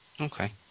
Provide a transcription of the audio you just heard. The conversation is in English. Okay